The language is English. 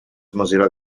mozilla